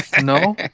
no